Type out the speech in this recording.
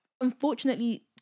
unfortunately